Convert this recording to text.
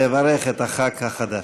לברך את חבר הכנסת החדש.